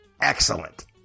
Excellent